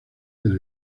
del